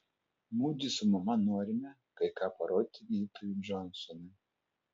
mudvi su mama norime kai ką parodyti gydytojui džonsonui